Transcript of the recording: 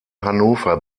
hannover